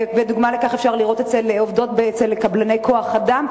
ודוגמה לכך אפשר לראות אצל עובדות של קבלני כוח-אדם,